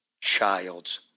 child's